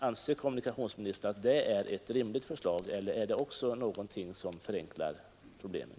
Anser kommunikationsministern att det är ett rimligt förslag, eller är det också att förenkla problemet?